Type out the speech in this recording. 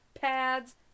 pads